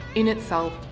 in itself,